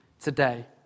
today